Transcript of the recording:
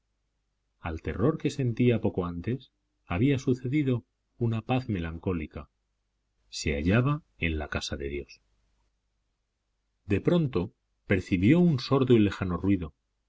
al terror que sentía poco antes había sucedido una paz melancólica se hallaba en la casa de dios de pronto percibió un sordo y lejano ruido